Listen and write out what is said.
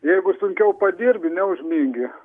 jeigu sunkiau padirbi neužmingi